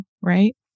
Right